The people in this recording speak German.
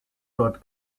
dort